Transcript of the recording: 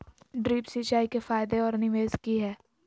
Drip सिंचाई के फायदे और निवेस कि हैय?